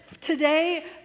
today